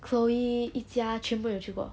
chloe yi jia 全部有去过